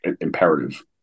imperative